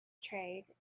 trade